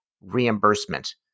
reimbursement